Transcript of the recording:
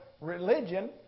religion